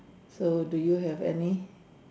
so do yo have any